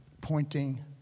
pointing